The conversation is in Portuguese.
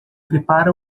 prepara